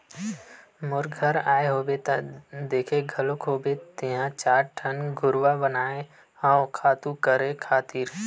मोर घर आए होबे त देखे घलोक होबे तेंहा चार ठन घुरूवा बनाए हव खातू करे खातिर